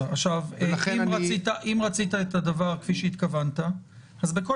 אם רצית את הדבר כפי שהתכוונת אז בכל